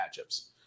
matchups